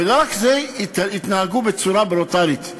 ולא רק זה, יתנהגו בצורה ברוטלית.